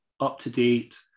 up-to-date